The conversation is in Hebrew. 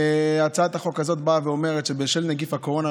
הצעת החוק הזאת באה ואומרת שבשל נגיף הקורונה,